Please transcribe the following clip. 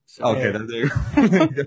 okay